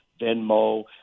Venmo